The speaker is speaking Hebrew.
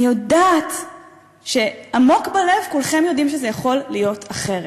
אני יודעת שעמוק בלב כולכם יודעים שזה יכול להיות אחרת,